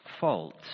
fault